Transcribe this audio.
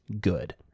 good